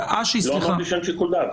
לא אמרתי שאין שיקול דעת.